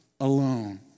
alone